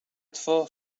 två